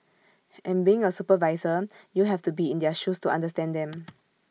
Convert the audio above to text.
and being A supervisor you have to be in their shoes to understand them